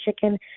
chicken